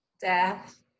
death